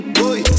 boy